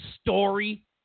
story